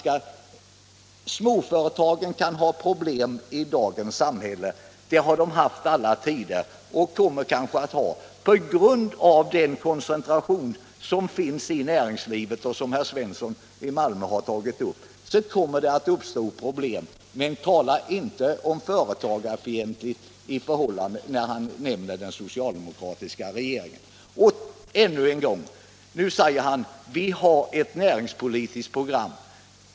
Småföretagen kan ha problem i dagens samhälle. Det har de haft i alla tider och kommer kanske att ha det. På grund av koncentrationen i näringslivet, som herr Svensson i Malmö har tagit upp, kommer det att uppstå problem — men herr Gustafsson skall inte tala om företagsfientlighet när han nämner den socialdemokratiska regeringen. Nu säger herr Gustafsson: Vi har ett näringspolitiskt program.